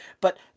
But-